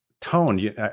tone